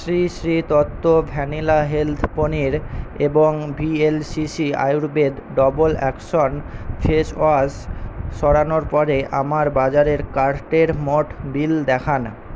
Shri Shri Tattva vanilla health paneer এবং V L C C Ayurveda double action face wash সরানোর পরে আমার বাজারের কার্টের মোট বিল দেখান